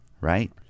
right